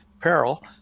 peril